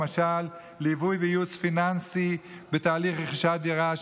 למשל ליווי וייעוץ פיננסי בתהליך רכישת דירה,